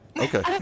Okay